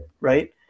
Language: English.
Right